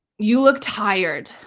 you look tired,